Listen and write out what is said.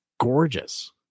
gorgeous